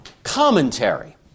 commentary